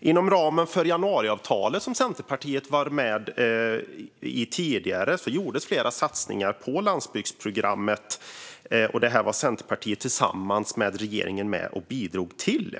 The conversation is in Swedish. Inom ramen för januariavtalet, som Centerpartiet var med i tidigare, gjordes flera satsningar på landsbygdsprogrammet. Detta var Centerpartiet tillsammans med regeringen med och bidrog till.